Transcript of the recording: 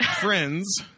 Friends